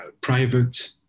private